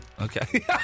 Okay